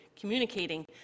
communicating